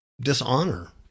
dishonor